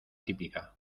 típica